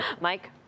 Mike